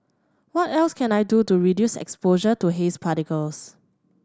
what else can I do to reduce exposure to haze particles